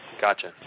gotcha